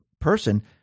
person